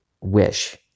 wish